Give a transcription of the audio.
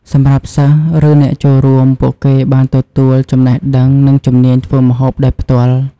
សម្រាប់ សិស្ស ឬអ្នកចូលរួម ពួកគេបានទទួលចំណេះដឹងនិងជំនាញធ្វើម្ហូបដោយផ្ទាល់។